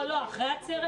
לא אחרי העצרת.